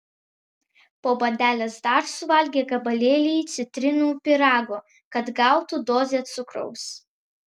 po bandelės dar suvalgė gabalėlį citrinų pyrago kad gautų dozę cukraus